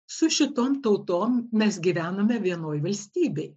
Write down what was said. su šitom tautom mes gyvenome vienoj valstybėj